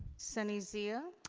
sunny zia.